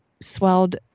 swelled